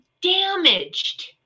damaged